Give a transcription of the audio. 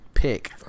pick